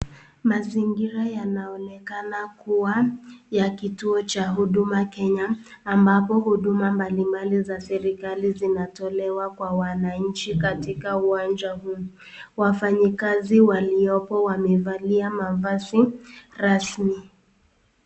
Mazingira yanaonekana kuwa ya kituo cha huduma Kenya, ambapo huduma mbalimbali za serikali zinatolewa kwa wananchi, katika uwanja huu wafanyikazi waliopo wamevalia mavazi rasmi.